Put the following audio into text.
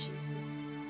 Jesus